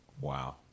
Wow